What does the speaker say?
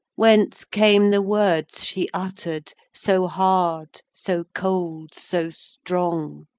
whence came the words she utter'd, so hard, so cold, so strong?